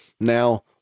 Now